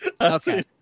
Okay